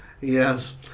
yes